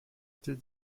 était